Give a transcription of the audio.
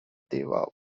dewa